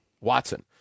Watson